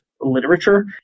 literature